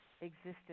existence